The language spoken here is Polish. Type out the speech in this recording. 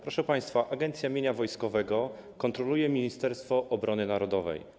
Proszę państwa, Agencja Mienia Wojskowego kontroluje Ministerstwo Obrony Narodowej.